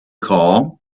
call